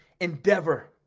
endeavor